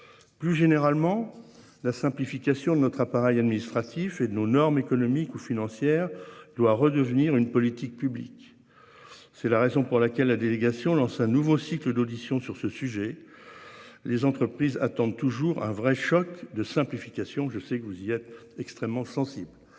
Plus généralement, la simplification de notre appareil administratif et de nos normes économiques ou financières. Doit redevenir une politique publique. C'est la raison pour laquelle la délégation lance un nouveau cycle d'auditions sur ce sujet. Les entreprises attendent toujours un vrai choc de simplification. Je sais que vous y êtes extrêmement sensible.